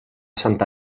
santa